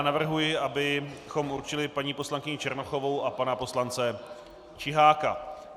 Navrhuji, abychom určili paní poslankyni Černochovou a pana poslance Čiháka.